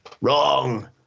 Wrong